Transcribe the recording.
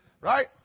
right